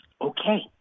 Okay